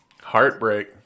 heartbreak